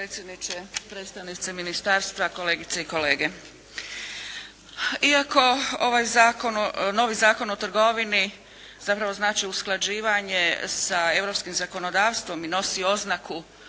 potpredsjedniče, predstavnici ministarstva, kolegice i kolege. Iako ovaj zakon, novi Zakon o trgovini zapravo znači usklađivanje sa europskim zakonodavstvom i nosi oznaku